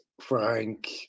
Frank